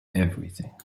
everything